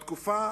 בתקופה